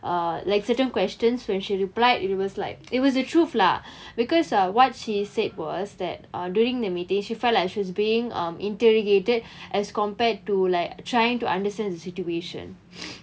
uh like certain questions when she replied it was like it was the truth lah because uh what she said was that uh during the meeting she felt that she was being um interrogated as compared to like trying to understand the situation